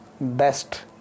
best